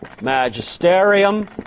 magisterium